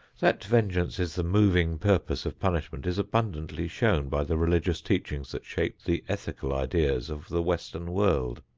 that vengeance is the moving purpose of punishment is abundantly shown by the religious teachings that shape the ethical ideas of the western world.